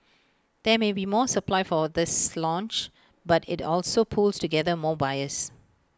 there may be more supply for this launch but IT also pools together more buyers